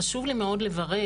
חשוב לי מאוד לברך,